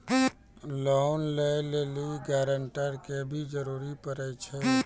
Loan लै लेली guarantor के भी जरूरी पड़ै छै?